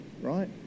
right